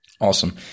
Awesome